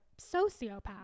sociopath